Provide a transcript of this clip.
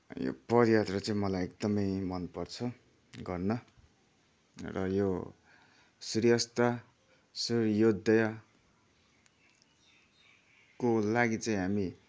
यो पदयात्रा चाहिँ मलाई एकदमै मनपर्छ गर्न र यो सूर्यास्त सूर्योदयको लागि चाहिँ हामी